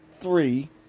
three